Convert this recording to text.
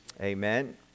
Amen